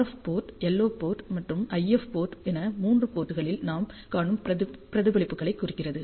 F port LO port மற்றும் IF port என மூன்று போர்ட்களில் நாம் காணும் பிரதிபலிப்புகளைக் குறிக்கிறது